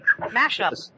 mashups